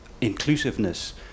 inclusiveness